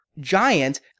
giant